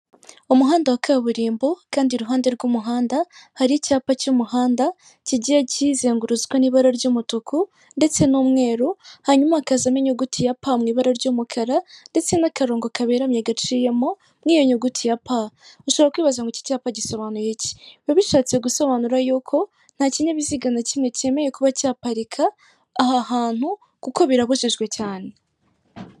Umuhanda wa kaburimbo kandi iruhande rw'umuhanda hari icyapa cy'umuhanda, kigiye kizengurutswe n'ibara ry'umutuku ndetse n'umweru, hanyuma hakazamo inyuguti ya pa mu ibara ry'umukara ndetse n'akarongo kaberamye gaciyemo mu iyo nyuguti ya pa, ushobora kwibaza ngo iki cyapa gisobanuye iki, biba bishatse gusobanura yuko nta kinyabiziga na kimwe cyemeye kuba cyaparika aha hantu kuko birabujijwe cyane.